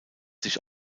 sich